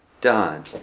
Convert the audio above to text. done